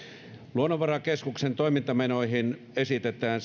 luonnonvarakeskuksen toimintamenoihin esitetään